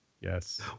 Yes